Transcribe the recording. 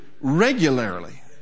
regularly